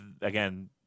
again